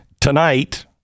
tonight